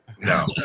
no